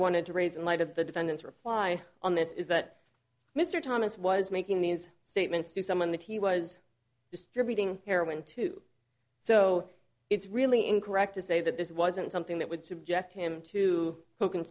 wanted to raise in light of the defendant's reply on this is that mr thomas was making these statements to someone that he was distributing heroin to so it's really incorrect to say that this wasn't something that would subject him to co